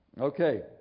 Okay